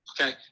Okay